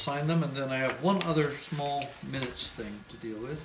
sign them and then i have one other small minutes thing to deal with